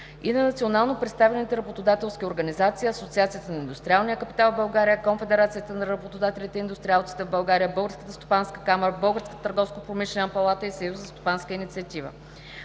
и на национално представените работодателски организации – Асоциацията на индустриалния капитал в България, Конфедерацията на работодателите и индустриалците в България, Българската стопанска камара, Българската търговско-промишлена палата и Съюза